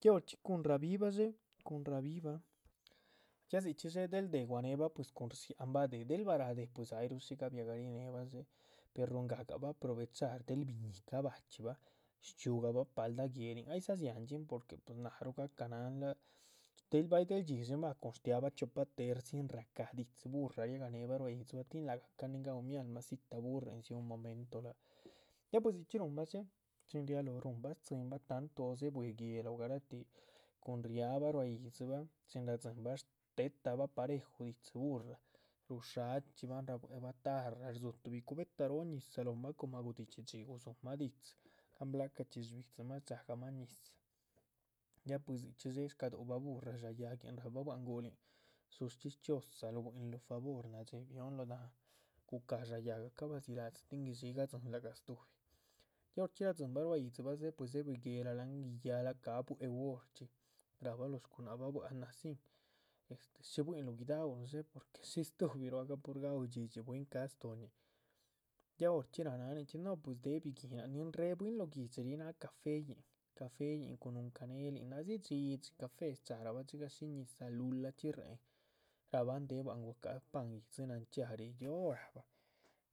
Ya horchxí cuhun rabíbah dxé, cuhun rabíhibah ya dzichxí dxé, del déh guanéhebah pues cun rdzihaban déh, del baráh déh pues ayruh shí gabia garínehbah. per ruhungagabah aprovechar del biñíhi cabachxíbah shchxíugabah paldah guéhlin ay dza dziáhandxin, porque pues nahruh gahca náhan láhac bay del dxídshin bah, cun. shtíahbah chiopa tercín, shca´ didzí burra, riahganéhe bah ruá yídzibah lác gahcan nin raú mialmacita burrín dziúhun momento láhac, ya pues dzichxi ruhunbah dxé,. chin rialóho rúhunbah tzínbah dxé tantu o dzéhe buíhi guéhla o garatih, cun riabah ruá yídzi bah, chin rad´zinbah shtéhetabah pareju didzí burra, rusha´chxíbahma. shbuebah tarra, rdzú tuhbi cubeta róho ñizah lóc mah coma gudidxí dxí gudzumah dzídzi, gahn blacachxí shbi´dzimah shdxá gahmah ñizah, ya puis dzichxí dxé, shcasúhuc. bah burra dxáa yáhguin rahba bua´c dzush chxísh chxiózaaluh, buihinluh favor nádxi, bionuh lóho dahán, guca´h dxá yáhga cah badzi la´dzi, tin guidxí gadzinlahga. stuhbi, ya horchxí radzínbah ruá yídzi bah dxé, dze´ buihi guéhla láhan guiyáhla ca´ bwe´u, horchxí, rahba lóho shcunáhc bah, náh dzín este, shí buihinluh. guidahunuh dxé, porque shis stuhbiru ahga pur gaú dxídxi bwín, ca´ stóhoñih, ya horchxí ra´ naninchxí no pues déh biguíhnann- nin réhe bwín lóh guihdxi ríh náha. cafeyíhn, cafeyíhn cun núhun canelin nadzí dxídxi café shcharahba dxigah shí ñizah lu´lah chxí réhen rahba an déhe bua´c ahn gua´caha pan yídzi nanchxía ríh, yóho. rac bah